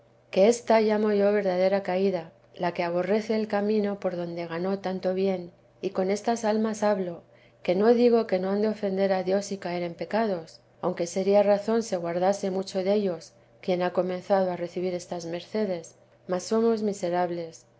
que ésta llamo yo verdadera caída la que aborrece el camino por donde ganó tanto bien y con estas almas hablo que no digo que no han de ofender a dios y caer en pecados aunque sería razón se guardase mucho dellos quien ha comenzado a recibir estas mercedes mas somos miserables